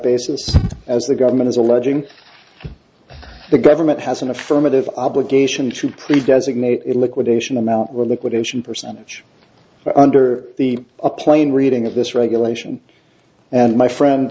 basis as the government is alleging the government has an affirmative obligation to please designate it liquidation amount were liquidation percentage or under the plane reading of this regulation and my friend